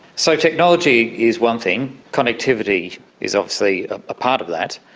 so technology is one thing, connectivity is obviously a part of that.